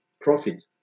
profit